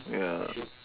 ya